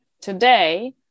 today